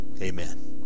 Amen